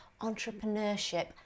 entrepreneurship